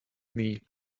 knee